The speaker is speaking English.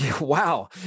Wow